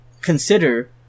consider